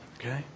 okay